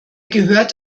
gehört